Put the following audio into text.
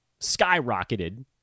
skyrocketed